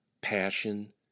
passion